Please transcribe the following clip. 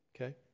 Okay